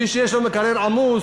מי שיש לו מקרר עמוס,